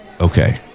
Okay